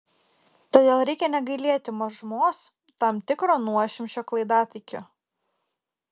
todėl reikia negailėti mažumos tam tikro nuošimčio klaidatikių